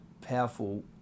powerful